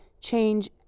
change